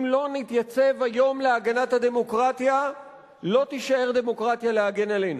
אם לא נתייצב היום להגנת הדמוקרטיה לא תישאר דמוקרטיה להגן עלינו.